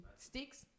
sticks